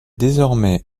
désormais